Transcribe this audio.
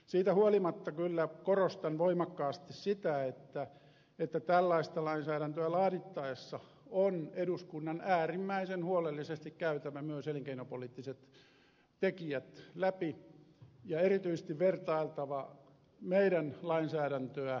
siitä huolimatta kyllä korostan voimakkaasti sitä että tällaista lainsäädäntöä laadittaessa on eduskunnan äärimmäisen huolellisesti käytävä myös elinkeinopoliittiset tekijät läpi ja erityisesti vertailtava meidän lainsäädäntöä kilpailijamaittemme lainsäädäntöön